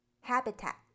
Habitat